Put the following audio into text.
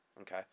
Okay